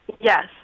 yes